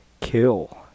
Kill